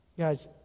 guys